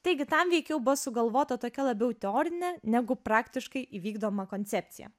taigi tam veikiau buvo sugalvota tokia labiau teorinė negu praktiškai įvykdoma koncepcija